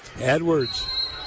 Edwards